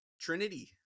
trinity